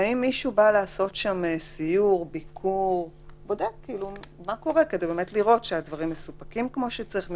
האם מישהו בא לעשות שם סיור כדי לבדוק שהדברים באמת מסופקים כמו שצריך?